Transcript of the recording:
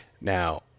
Now